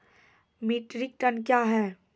Metric tonne कया हैं?